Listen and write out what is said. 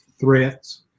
threats